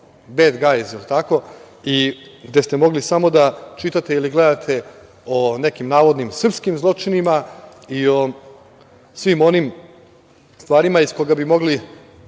"bad guys", gde ste mogli samo da čitate ili da gledate o nekim navodnim srpskim zločinima i o svim onim stvarima iz koga bi mogli